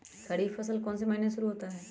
खरीफ फसल कौन में से महीने से शुरू होता है?